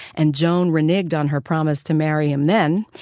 and joan reneged on her promise to marry him then.